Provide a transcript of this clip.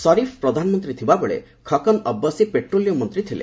ସରିଫ୍ ପ୍ରଧାନମନ୍ତ୍ରୀ ଥିବାବେଳେ ଖକନ୍ ଅବ୍ବାସୀ ପେଟ୍ରୋଲିୟମ୍ ମନ୍ତ୍ରୀ ଥିଲେ